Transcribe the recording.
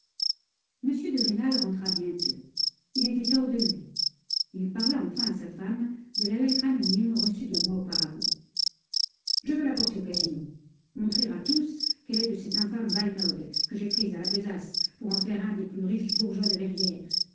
m de rênal rentra bientôt il était hors de lui il parla enfin à sa femme de la lettre anonyme reçue deux mois auparavant je veux la porter au casino montrer à tous qu'elle est de cet infâme valenod que j'ai pris à la besace pour en faire un des plus riches bourgeois de verrières